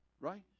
right